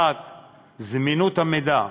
1. זמינות המידע,